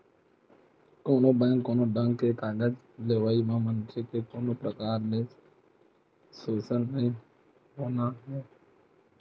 कोनो बेंक ले कोनो ढंग ले करजा लेवई म मनखे के कोनो परकार ले सोसन नइ होना हे